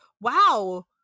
wow